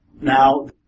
Now